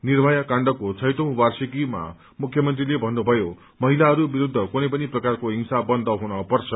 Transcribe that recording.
निर्णया काण्डको छैटौँ वार्षिकीमा मुख्यमन्त्रीले भन्नुमयो महिलाहरू विरूद्ध कुनै पनि प्रकारको हिंसा बन्द हुनपर्छ